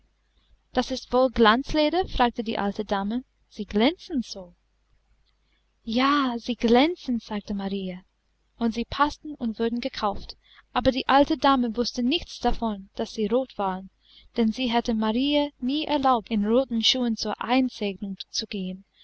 das ist wohl glanzleder fragte die alte dame sie glänzen so ja sie glänzen sagte marie und sie paßten und wurden gekauft aber die alte dame wußte nichts davon daß sie rot waren denn sie hätte marie nie erlaubt in roten schuhen zur einsegnung zu gehen